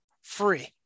free